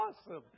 awesome